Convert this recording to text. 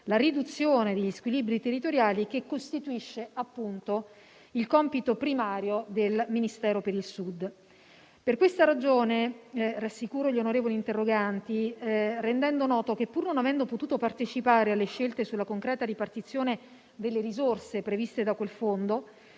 la riduzione degli squilibri territoriali, che costituisce il compito primario del Ministero per il Sud. Per questa ragione, rassicuro gli onorevoli interroganti, rendendo noto che, pur non avendo potuto partecipare alle scelte sulla concreta ripartizione delle risorse previste da quel Fondo,